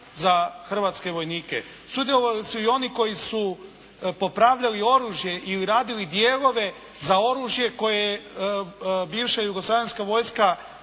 za hrvatske vojnike. Sudjelovali su i oni koji su popravljali oružje ili radili dijelove za oružje koje je bivša jugoslavenska vojska